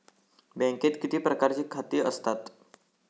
बँकेत किती प्रकारची खाती आसतात?